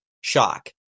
shock